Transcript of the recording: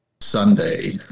Sunday